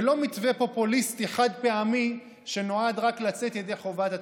ולא מתווה פופוליסטי חד-פעמי שנועד רק לצאת ידי חובת התקשורת.